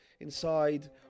Inside